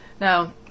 Now